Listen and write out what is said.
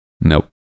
Nope